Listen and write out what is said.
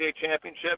Championship